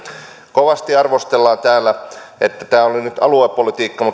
kovasti arvostellaan täällä että tämä oli nyt aluepolitiikkaa